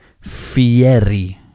Fieri